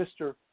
Mr